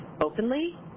openly